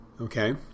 Okay